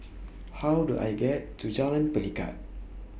How Do I get to Jalan Pelikat